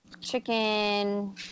chicken